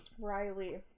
Riley